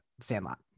Sandlot